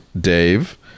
Dave